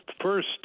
first